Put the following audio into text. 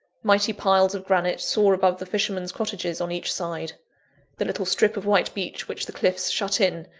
mighty piles of granite soar above the fishermen's cottages on each side the little strip of white beach which the cliffs shut in,